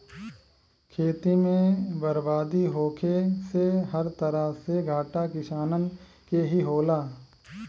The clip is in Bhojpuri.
खेती में बरबादी होखे से हर तरफ से घाटा किसानन के ही होला